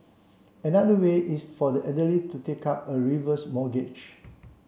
another way is for the elderly to take up a reverse mortgage